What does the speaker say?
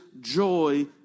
joy